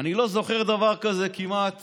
אני כמעט לא זוכר דבר כזה בהפגנות